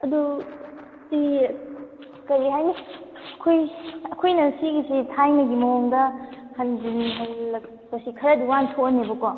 ꯑꯗꯨ ꯁꯤ ꯀꯔꯤ ꯍꯥꯏꯅꯤ ꯑꯩꯈꯣꯏ ꯑꯩꯈꯣꯏꯅ ꯁꯤꯒꯤꯁꯤ ꯊꯥꯏꯅꯒꯤ ꯃꯑꯣꯡꯗ ꯍꯟꯖꯤꯟ ꯍꯜꯂꯛꯄꯁꯤ ꯈꯔꯗꯤ ꯋꯥꯅ ꯊꯣꯛꯑꯅꯦꯕꯀꯣ